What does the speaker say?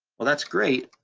well, that's great.